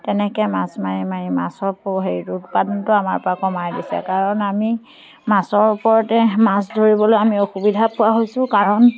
তেনেকৈ মাছ মাৰি মাৰি মাছৰ সৰু হেৰিটো উৎপাদনটো আমাৰ পৰা কমাই দিছে কাৰণ আমি মাছৰ ওপৰতে মাছ ধৰিবলৈ আমি অসুবিধা পোৱা হৈছোঁ কাৰণ